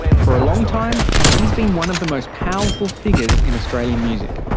for a long time he's been one of the most powerful figures in australian music.